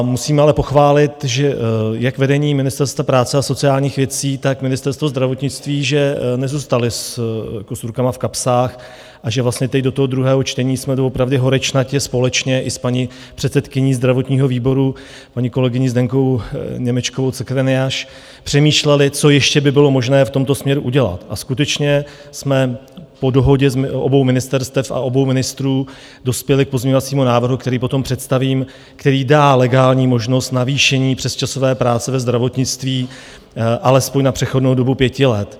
Musím ale pochválit jak vedení Ministerstva práce a sociálních věcí, tak Ministerstva zdravotnictví, že nezůstali s rukama v kapsách a že vlastně teď do toho druhého čtení jsme doopravdy horečnatě společně i s paní předsedkyní zdravotního výboru, paní kolegyní Zdeňkou Němečkovou Crkvenjaš, přemýšleli, co ještě by bylo možné v tomto směru udělat, a skutečně jsme po dohodě obou ministerstev a obou ministrů dospěli k pozměňovacímu návrhu, který potom představím, který dá legální možnost navýšení přesčasové práce ve zdravotnictví alespoň na přechodnou dobu pěti let.